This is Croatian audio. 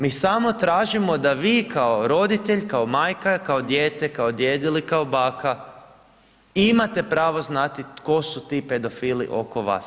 Mi samo tražimo da vi kao roditelj, kao majka, kao dijete, kao djed ili kao baka imate pravo znati tko su ti pedofili oko vas.